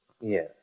Yes